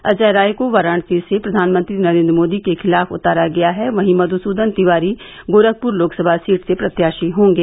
अजय राय को वाराणसी से प्रधानमंत्री नरेन्द्र मोदी के खिलाफ उतारा गया है वहीं मधुसूदन तिवारी गोरखपुर लोकसभा सीट से प्रत्याशी होंगे